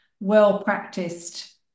well-practiced